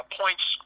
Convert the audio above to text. points